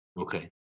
okay